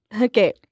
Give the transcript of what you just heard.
Okay